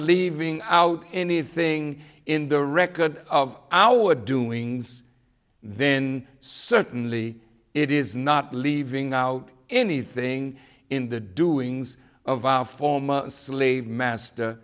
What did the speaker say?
leaving out anything in the record of our doings then certainly it is not leaving out anything in the doings of our former slave master